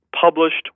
published